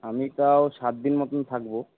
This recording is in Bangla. আমি তাও সাত দিন মতন থাকবো